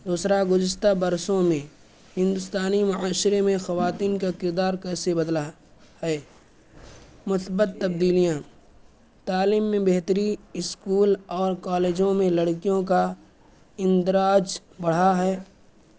دوسرا گزشتہ برسوں میں ہندوستانی معاشرے میں خواتین کا کردار کیسے بدلا ہے مثبت تبدیلیاں تعلیم میں بہتری اسکول اور کالجوں میں لڑکیوں کا اندراج بڑھا ہے